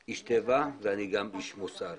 אני פלח, איש טבע ואני גם איש מוסר.